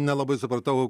nelabai supratau